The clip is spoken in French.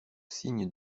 signe